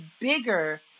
bigger